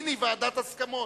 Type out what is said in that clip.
מיני ועדת הסכמות,